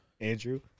Andrew